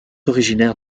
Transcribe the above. originaires